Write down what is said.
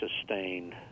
sustained